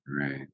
right